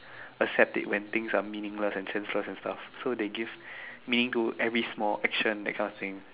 accept it when things are meaningless and senseless and stuff so they give meaning to every small action that kind of thing